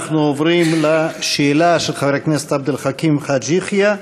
אנחנו עוברים לשאלה של חבר הכנסת עבד אל חכים חאג' יחיא.